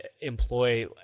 employ